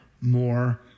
more